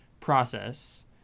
process